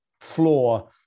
floor